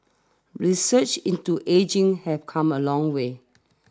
research into ageing have come a long way